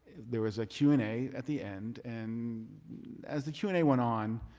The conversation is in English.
there was a q and a at the end. and as the q and a went on,